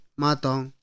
matong